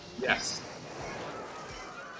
yes